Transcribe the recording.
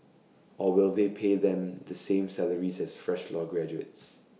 or will they pay them the same salaries as fresh law graduates